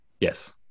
Yes